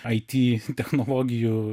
it technologijų